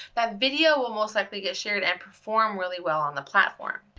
that video will most likely get shared and perform really well on the platform.